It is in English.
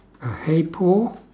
uh !hey! paul